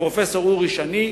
פרופסור אורי שני,